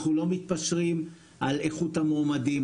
אנחנו לא מתפשרים על איכות המועמדים,